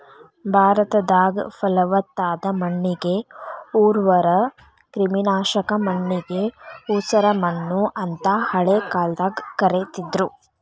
ಭಾರತದಾಗ, ಪಲವತ್ತಾದ ಮಣ್ಣಿಗೆ ಉರ್ವರ, ಕ್ರಿಮಿನಾಶಕ ಮಣ್ಣಿಗೆ ಉಸರಮಣ್ಣು ಅಂತ ಹಳೆ ಕಾಲದಾಗ ಕರೇತಿದ್ರು